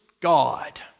God